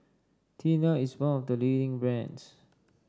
Tena is one of the leading brands